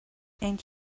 and